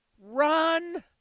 Run